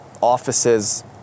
offices